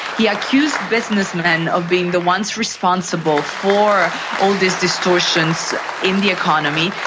he accused businessmen of being the ones responsible for all these distortions in the economy.